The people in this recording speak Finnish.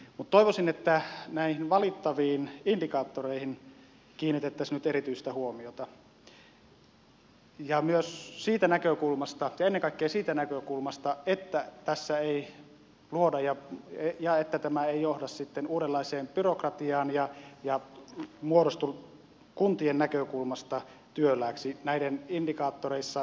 mutta toivoisin että näihin valittaviin indikaattoreihin kiinnitettäisiin nyt erityistä huomiota ja ennen kaikkea siitä näkökulmasta että näiden indikaattoreiden vaatimien tietojen kokoaminen ja niitten eteenpäin toimittaminen ei johda sitten uudenlaiseen byrokratiaan ja muodostu kuntien näkökulmasta työlääksi näiden indikaattorissa